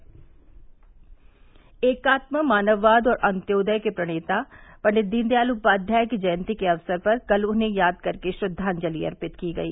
दीनदयाल जयंती एकात्म मानव वाद और अन्योदय के प्रणेता पंडित दीनदयाल उपाध्याय की जयन्ती के अवसर पर कल उन्हें याद कर के श्रद्वाजलि अर्पित की गई